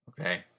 Okay